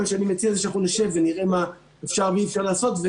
מה שאני מציע הוא שאנחנו נשב ונראה מה אפשר ואי-אפשר לעשות.